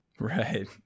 right